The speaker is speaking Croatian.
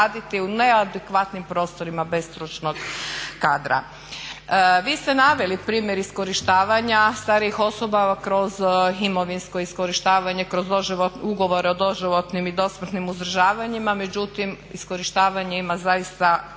u neadekvatnim prostorima bez stručnog kadra. Vi ste naveli primjer iskorištavanja starijih osoba kroz imovinsko iskorištavanje, kroz ugovore o doživotnim i dosmrtnim uzdržavanjima, međutim iskorištavanja ima zaista